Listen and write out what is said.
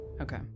Okay